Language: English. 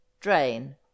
Drain